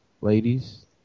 ladies